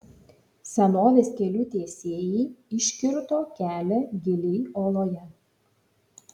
senovės kelių tiesėjai iškirto kelią giliai uoloje